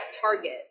Target